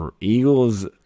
Eagles